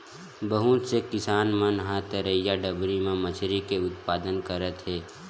बहुत से किसान मन ह तरईया, डबरी म मछरी के उत्पादन करत हे